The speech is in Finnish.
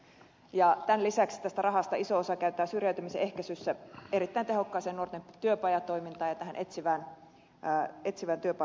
tämän lisäksi tästä rahasta iso osa käytetään syrjäytymisen ehkäisyssä erittäin tehokkaaseen nuorten työpajatoimintaan ja tähän etsivään työparitoimintaan